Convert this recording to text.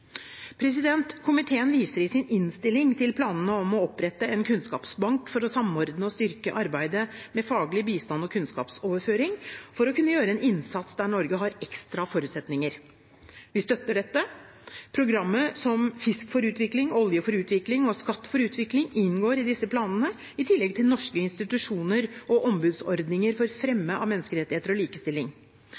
Komiteen viser i sin innstilling til planene om å opprette en kunnskapsbank for å samordne og styrke arbeidet med faglig bistand og kunnskapsoverføring – for å kunne gjøre en innsats der Norge har ekstra forutsetninger. Vi støtter dette. Programmer som Fisk for utvikling, Olje for utvikling og Skatt for utvikling inngår i disse planene – i tillegg til norske institusjoner og ombudsordninger for fremme av menneskerettigheter og likestilling.